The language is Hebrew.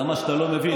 זה מה שאתה לא מבין.